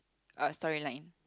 uh storyline